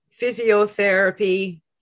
physiotherapy